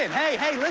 and hey, hey.